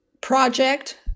project